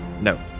No